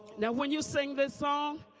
now when you sing the song,